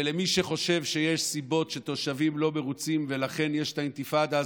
ולמי שחושב שיש סיבות שתושבים לא מרוצים ולכן יש את האינתיפאדה הזאת,